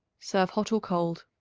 serve hot or cold.